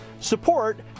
support